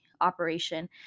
operation